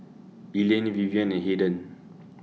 Elaine Vivienne and Hayden